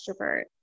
extrovert